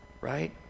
right